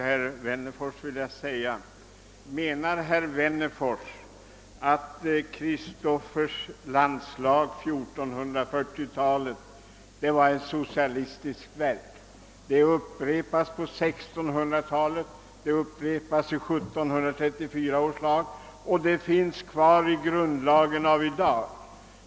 Herr talman! Menar herr Wennerfors att Kristofers landslag från 1440-talet var ett socialistiskt verk? Det upprepades på 1600-talet och i 1734 års lag, och det finns kvar i grundlagen än i dag.